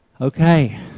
Okay